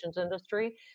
industry